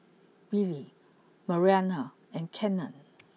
Billie Mariana and Kellen